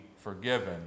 forgiven